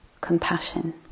compassion